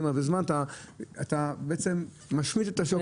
הרבה זמן אתה בעצם משמיט את השוקת,